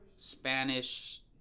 spanish